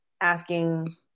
asking